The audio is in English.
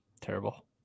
Terrible